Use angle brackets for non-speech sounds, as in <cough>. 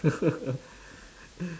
<laughs>